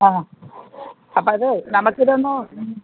ആ അപ്പം അതേ നമുക്ക് ഇതൊന്നൂ